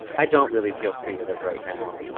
i don't really feel creative right now.